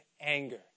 anger